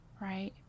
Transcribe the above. right